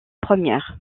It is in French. première